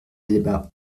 débat